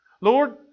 Lord